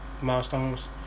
Milestones